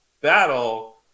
battle